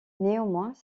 néanmoins